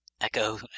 Echo